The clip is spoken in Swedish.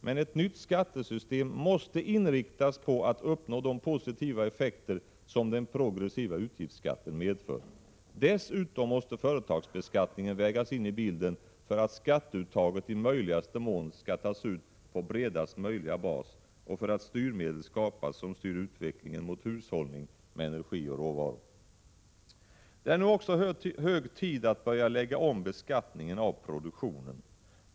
Men ett nytt skattesystem måste inriktas på att uppnå de positiva effekter som den progressiva utgiftsskatten medför. Dessutom måste företagsbeskattningen vägas in i bilden för att skatteuttaget skall kunna ske på bredast möjliga bas och för att styrmedel skapas som styr utvecklingen mot hushållning med energi och råvaror. Det är nu också hög tid att börja lägga om beskattningen av produktionen.